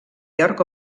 york